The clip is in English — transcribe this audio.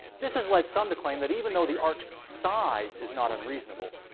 this has led some to claim that even though the ark's size is not unreasonable,